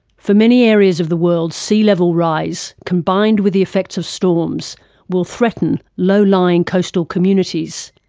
for many areas of the world, sea level rise combined with the effects of storms will threaten low-lying coastal communities.